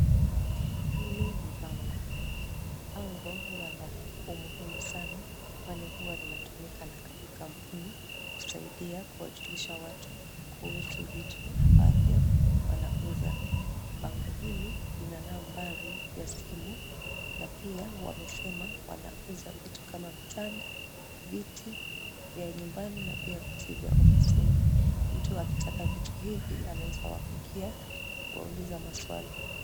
Hili ni bango. Bango huwa la umuhimu sana, kwani huwa linatumika na makampuni kusaidia kuwajulisha watu kuhusu vitu ambavyo wanauza. Bango hili lina nambari ya simu na pia wamesema wanauza vitu kama vitanda, viti vya nyumbani na pia vya ofisini. Mtu akitaka vitu hivi , anaweza wapigia kuwauliza maswali.